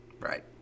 Right